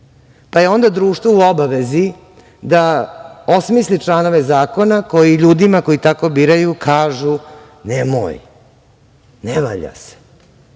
Pa, je onda društvo u obavezi da osmisli članove zakona koji ljudima koji tako biraju kažu – nemoj, ne valja se.